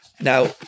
Now